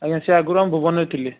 ଆଜ୍ଞା ସେ ଆଗରୁ ଆମ ଭୁବନରେ ଥିଲେ